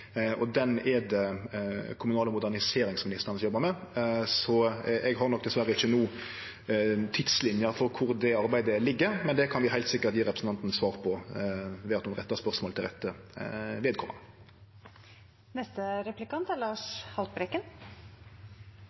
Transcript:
er det er kommunal- og moderniseringsministeren som jobbar med, så eg har nok diverre ikkje no tidslinja for kvar det arbeidet ligg. Med det kan vi heilt sikkert gje representanten Norderhus svar på ved at ho rettar spørsmålet til rette